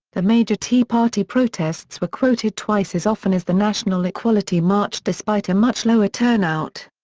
the major tea party protests were quoted twice as often as the national equality march despite a much lower turnout.